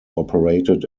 operated